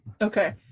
Okay